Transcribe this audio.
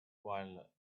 while